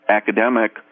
academic